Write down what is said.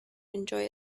enjoy